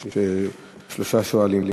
יש שלושה שואלים.